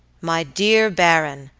my dear baron,